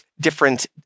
different